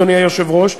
אדוני היושב-ראש,